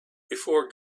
before